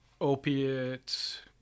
opiates